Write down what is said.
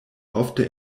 ofte